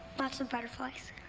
lots of butterflies.